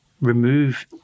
remove